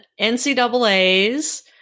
NCAAs